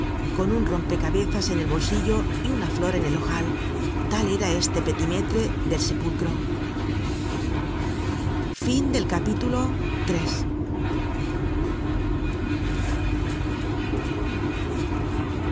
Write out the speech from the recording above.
con un rompe cabezas en el bolsillo y una flor en el ojal tal era este petimetre del sepulcro content from